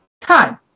time